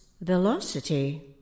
velocity